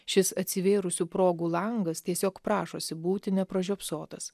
šis atsivėrusių progų langas tiesiog prašosi būti nepražiopsotas